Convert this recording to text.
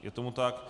Je tomu tak?